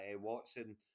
Watson